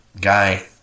guy